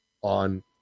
on